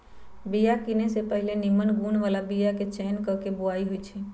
बिया किने से पहिले निम्मन गुण बला बीयाके चयन क के बोआइ होइ छइ